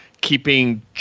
keeping